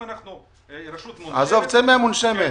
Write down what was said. אם אנחנו רשות מונשמת -- עזוב, צא מהמונשמת.